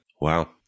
wow